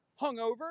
hungover